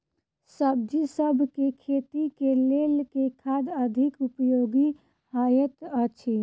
सब्जीसभ केँ खेती केँ लेल केँ खाद अधिक उपयोगी हएत अछि?